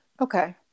Okay